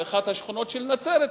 באחת השכונות של נצרת,